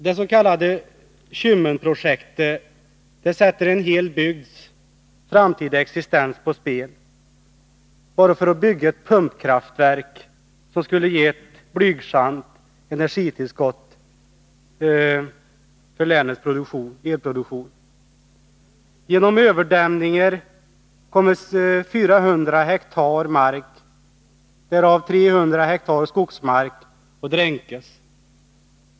Det s.k. Kymmenprojektet sätter en hel bygds framtida existens på spel bara för att bygga ett pumpkraftverk som skulle ge ett blygsamt energitillskott till länets elproduktion. Genom överdämningen kommer 400 hektar mark, varav 300 hektar skogsmark, att dränkas.